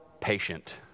patient